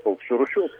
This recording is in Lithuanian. paukščių rūšių